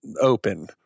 open